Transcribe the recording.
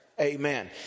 amen